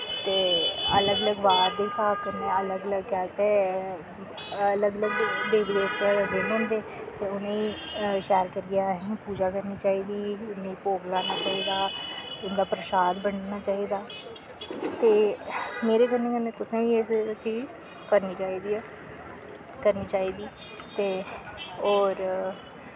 ते अलग अलग बार दे हिसाब कन्नै अलग अलग गल्ल ते अलग अलग देवी देवतें दे दिन होंदे त् उनेंई शैल करियै असें पूजा करनी चाहिदी उनेंगी भोग लाना चाहिदा उंदा परशाद बंडना चाहिदा ते मेरे कन्नै कन्नै तुसें गी एह् चीज करनी चाहिदी ऐ करनी चाहिदी ते होर